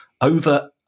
over